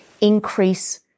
increase